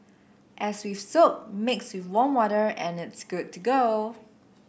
as with soap mix with warm water and it's good to go